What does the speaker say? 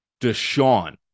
Deshaun